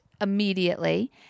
immediately